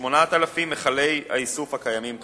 ל-8,000 מכלי האיסוף הקיימים כיום.